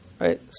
right